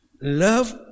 love